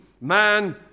man